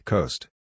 Coast